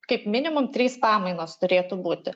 kaip minimum trys pamainos turėtų būti